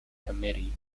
committee